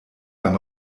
beim